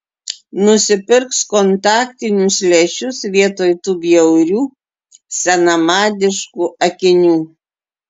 nusipirks kontaktinius lęšius vietoj tų bjaurių senamadiškų akinių